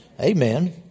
Amen